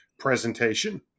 presentation